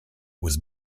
was